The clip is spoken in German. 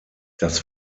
das